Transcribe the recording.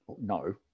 No